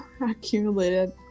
accumulated